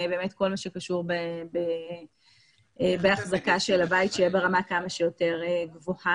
כל מה שקשור בהחזקה של הבית שתהיה ברמה כמה שיותר גבוהה.